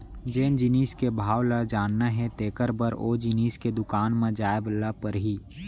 जेन जिनिस के भाव ल जानना हे तेकर बर ओ जिनिस के दुकान म जाय ल परही